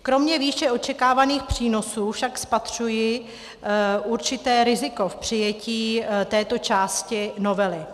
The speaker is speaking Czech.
Kromě výše očekávaných přínosů však spatřuji určité riziko v přijetí této části novely.